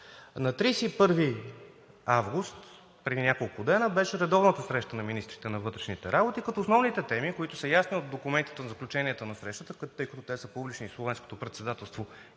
На 31 август – преди няколко дни, беше редовната среща на министрите на вътрешните работи, като основните теми, които са ясни от документите на заключенията на срещата, тъй като те са публични, Словенското председателство